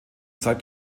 zeigt